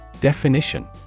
Definition